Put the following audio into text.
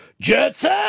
Jetson